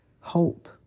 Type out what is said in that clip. hope